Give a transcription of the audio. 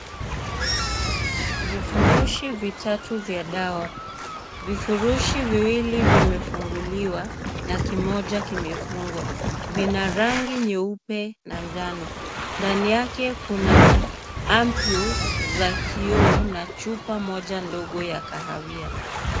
Vifurushi vitatu vya dawa. Vifurushi viwili vimefunguliwa, na kimoja kimefungwa. Vina rangi nyeupe na njano. Ndani yake kuna ampoules za kioo na chupa moja ndogo ya kahawia.